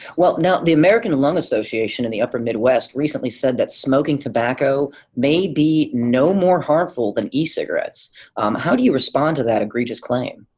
well, now, the american lung association in the upper midwest recently said that smoking tobacco may be no more harmful than e-cigarettes. how do you respond to that egregious claim?